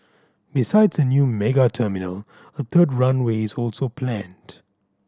besides a new mega terminal a third runway is also planned